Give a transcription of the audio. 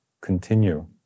continue